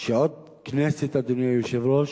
שעוד כנסת, אדוני היושב-ראש,